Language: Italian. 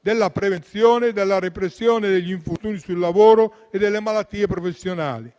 della prevenzione e della repressione degli infortuni sul lavoro e delle malattie professionali.